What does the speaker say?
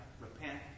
Repent